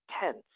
tense